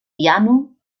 piano